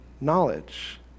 knowledge